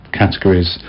categories